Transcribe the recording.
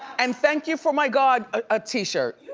and thank you for my god ah t-shirt. you